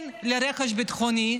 כן לרכש ביטחוני,